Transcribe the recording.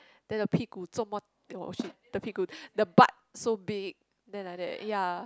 then the 屁股做么 oh shit the 屁股 the butt so big then like that ya